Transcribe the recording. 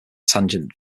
tangent